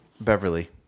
Beverly